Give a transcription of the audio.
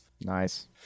Nice